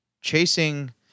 chasing